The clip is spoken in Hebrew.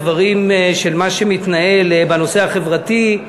מה שמתנהל בנושא החברתי,